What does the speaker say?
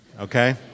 okay